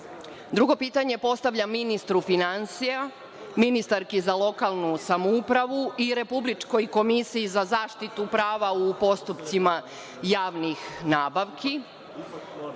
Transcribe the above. pitanje postavljam ministru finansija, ministarki za lokalnu samoupravu i Republičkoj komisiji za zaštitu prava u postupcima javnih nabavki. Naime,